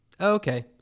okay